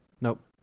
Nope